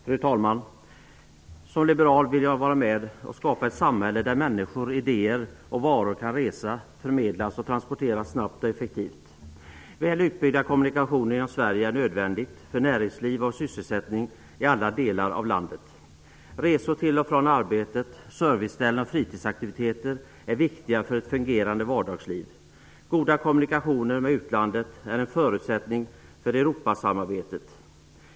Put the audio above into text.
Fru talman! Som liberal vill jag vara med och skapa ett samhälle där människor, idéer och varor kan förmedlas och transporteras snabbt och effektivt. Väl utbyggda kommunikationer inom Sverige är nödvändigt för näringsliv och sysselsättning i alla delar av landet. Resor till och från arbetet, serviceställen och fritidsaktiviteter är viktiga för ett fungerande vardagsliv. Goda kommunikationer med utlandet är en förutsättning för Europasamarbetet.